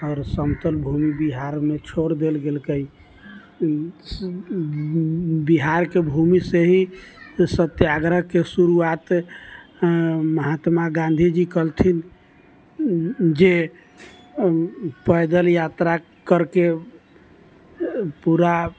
आओर समतल भूमि बिहारमे छोड़ि देल गेलकै बिहारके भूमिसँ ही सत्याग्रहके शुरुआत महात्मा गाँधीजी कलथिन जे पैदल यात्रा करके पूरा